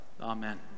Amen